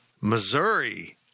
Missouri